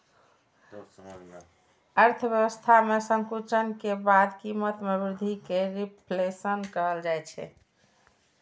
अर्थव्यवस्था मे संकुचन के बाद कीमत मे वृद्धि कें रिफ्लेशन कहल जाइ छै